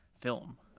film